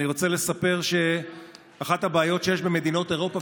אני רוצה לספר שאחת הבעיות שיש במדינות אירופה,